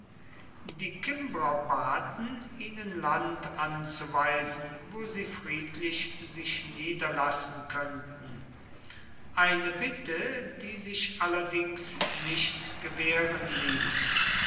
die kimbrer baten ihnen land anzuweisen wo sie friedlich sich niederlassen könnten eine bitte die sich allerdings nicht gewähren ließ